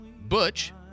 butch